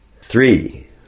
Three